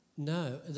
No